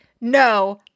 No